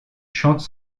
chante